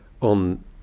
on